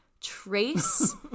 Trace